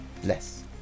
bless